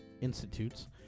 Institutes